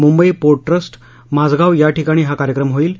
Mumbai port trust Mazagaon याठिकाणी हा कार्यक्रम होईल